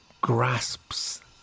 grasps